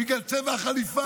בגלל צבע החליפה,